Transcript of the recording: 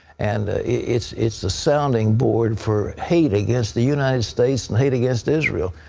and it is the sounding board for hate against the united states and hate against israel.